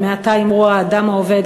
העובד" מעתה אמרו: האדם העובד,